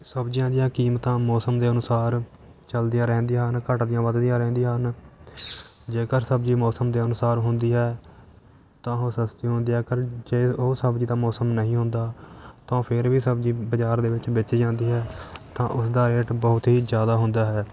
ਸਬਜ਼ੀਆਂ ਦੀਆਂ ਕੀਮਤਾਂ ਮੌਸਮ ਦੇ ਅਨੁਸਾਰ ਚਲਦੀਆਂ ਰਹਿੰਦੀਆਂ ਹਨ ਘੱਟਦੀਆਂ ਵੱਧਦੀਆਂ ਰਹਿੰਦੀਆਂ ਹਨ ਜੇਕਰ ਸਬਜ਼ੀ ਮੌਸਮ ਦੇ ਅਨੁਸਾਰ ਹੁੰਦੀ ਹੈ ਤਾਂ ਉਹ ਸਸਤੀ ਹੁੰਦੀ ਹੈ ਅਗਰ ਜੇ ਉਹ ਸਬਜ਼ੀ ਦਾ ਮੌਸਮ ਨਹੀਂ ਹੁੰਦਾ ਤਾਂ ਉਹ ਫਿਰ ਵੀ ਸਬਜ਼ੀ ਬਾਜ਼ਾਰ ਦੇ ਵਿੱਚ ਵੇਚੀ ਜਾਂਦੀ ਹੈ ਤਾਂ ਉਸਦਾ ਰੇਟ ਬਹੁਤ ਹੀ ਜ਼ਿਆਦਾ ਹੁੰਦਾ ਹੈ